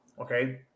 Okay